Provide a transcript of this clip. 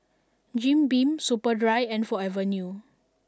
Jim Beam Superdry and Forever New